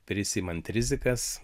prisiimant rizikas